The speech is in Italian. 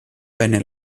venne